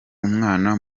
umwana